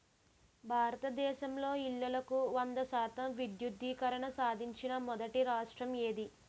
భారతదేశంలో ఇల్లులకు వంద శాతం విద్యుద్దీకరణ సాధించిన మొదటి రాష్ట్రం ఏది?